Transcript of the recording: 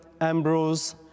Ambrose